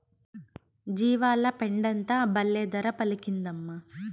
జీవాల పెండంతా బల్లే ధర పలికిందమ్మా